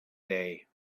day